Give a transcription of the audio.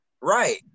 right